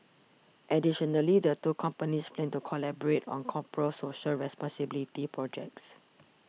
additionally the two companies plan to collaborate on corporate social responsibility projects